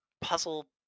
puzzle